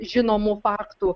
žinomų faktų